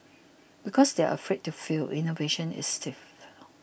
because they are afraid to fail innovation is stifled